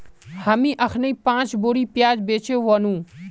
हामी अखनइ पांच बोरी प्याज बेचे व नु